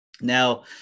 Now